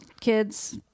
kids